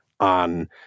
on